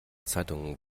zeitungen